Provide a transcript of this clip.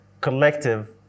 collective